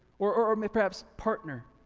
or may perhaps partner,